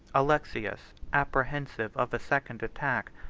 alexius, apprehensive of a second attack,